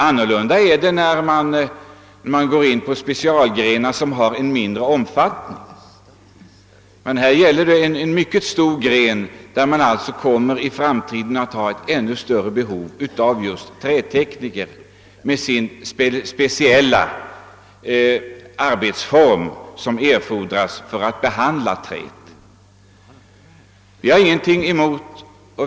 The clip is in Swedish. Annorlunda är förhållandet för specialgrenar med mindre omfattning. Här gäller det emellertid en mycket stor gren där man i framtiden kommer att ha ännu större behov av trätekniker som känner till den speciella arbetsform som erfordras för att behandla träet.